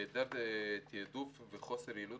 היעדר תיעדוף וחוסר יעילות